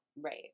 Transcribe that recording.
right